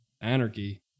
Anarchy